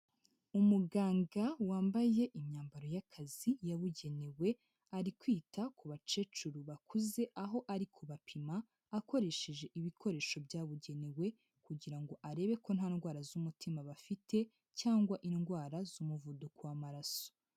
Umuganga wambaye imyambaro y'akazi yabugenewe ari kwita ku bakecuru bakuze, aho ari kubapima akoresheje ibikoresho byabugenewe kugira ngo arebe ko nta ndwara z'umutima bafite cyangwa indwara z'umuvuduko w'amaraso.